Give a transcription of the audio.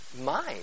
mind